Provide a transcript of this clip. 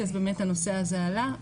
אז באמת הנושא הזה עלה.